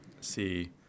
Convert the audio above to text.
see